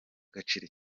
agaciro